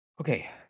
Okay